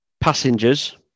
Passengers